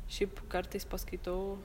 šiaip kartais paskaitau